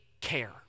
care